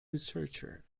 researcher